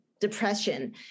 depression